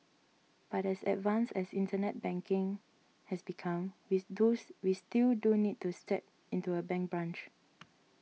but as advanced as internet banking has become we we still do need to step into a bank branch